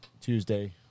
Tuesday